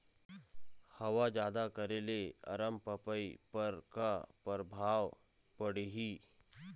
हवा जादा करे ले अरमपपई पर का परभाव पड़िही?